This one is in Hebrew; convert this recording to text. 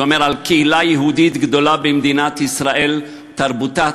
שאומר על קהילה גדולה במדינת ישראל: תרבותה,